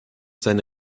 seine